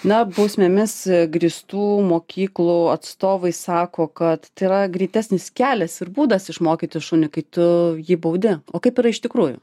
na bausmėmis grįstų mokyklų atstovai sako kad tai yra greitesnis kelias ir būdas išmokyti šunį kai tu jį baudi o kaip yra iš tikrųjų